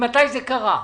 ממתי זה קרה?